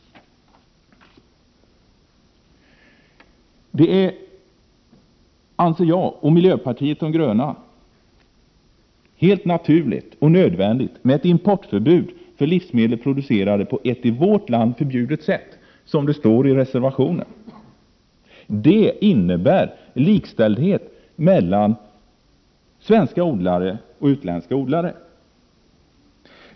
Miljöpartiet de gröna anser att det är helt naturligt och nödvändigt med ett importförbud för livsmedel, producerade på ett i vårt land förbjudet sätt, som det står i reservationen. Det innebär likställdhet mellan svenska odlare och utländska odlare.